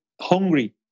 hungry